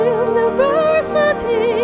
university